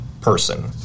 person